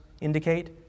indicate